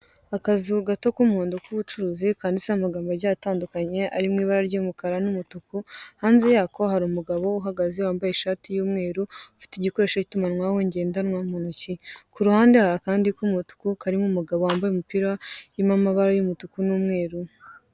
Akazu gato k'umuhondo k'ubucuruzi kanditseho amagambo agiye atandukanye arimwibara ry'umukara n'umutuku, hanze yako hari umugabo uhagaze wambaye ishati y'umweru ufite igikoresho kitumanwaho ngendanwa muntoki kuruhande hari akandi k'umutuku karimo umugabo wamabye umupira irimo amabara y'umutuku n'umweru.